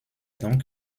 donc